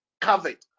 covered